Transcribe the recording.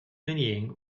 whinnying